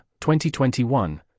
2021